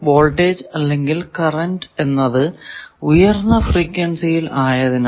voltage അല്ലെങ്കിൽ current എന്നത് ഉയർന്ന ഫ്രീക്വൻസിയിൽ ആണ്